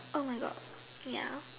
oh my God ya